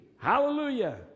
Hallelujah